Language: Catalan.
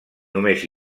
només